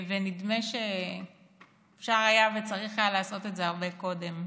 ונדמה שאפשר היה וצריך היה לעשות את זה הרבה קודם.